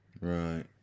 Right